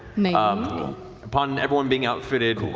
um upon everyone being outfitted